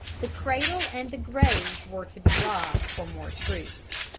the cradle and the grave were to be robbed for more troops.